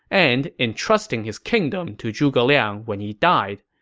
and entrusting his kingdom to zhuge liang when he died.